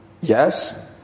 yes